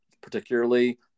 particularly